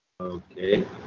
Okay